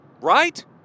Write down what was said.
right